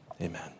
Amen